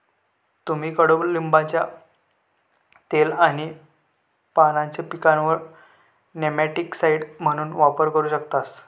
तुम्ही कडुलिंबाचा तेल आणि पानांचा पिकांवर नेमॅटिकसाइड म्हणून वापर करू शकतास